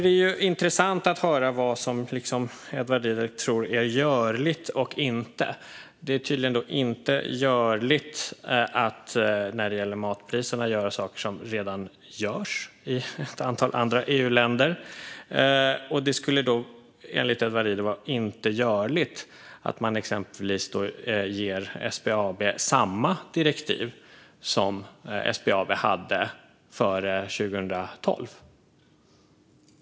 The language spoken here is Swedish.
Det är intressant att höra vad Edward Riedl tror är görligt och inte. När det gäller matpriserna är det tydligen inte görligt att göra saker som redan görs i ett antal andra EU-länder. Det skulle enligt Edward Riedl inte vara görligt att exempelvis ge SBAB samma direktiv som SBAB hade före 2012.